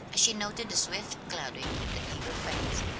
as she noted the swift clouding of the eager face.